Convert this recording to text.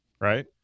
right